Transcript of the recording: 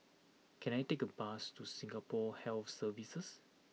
can I take a bus to Singapore Health Services